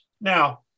Now